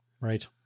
Right